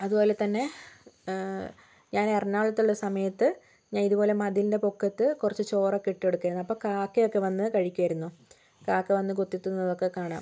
അത്പോലെ തന്നെ ഞാൻ എറണാകുളത്ത് ഉള്ള സമയത്ത് ഞാൻ ഇത്പോലെ മതിലിൻ്റെ പൊക്കത്ത് കുറച്ച് ചോറൊക്കെ ഇട്ട് കൊടുക്കുമായിരുന്നു അപ്പോൾ കാക്കയൊക്കെ വന്ന് കഴിക്കുമായിരുന്നു കാക്ക വന്ന് കൊത്തി തിന്നുന്നത് ഒക്കെ കാണാം